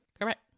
Correct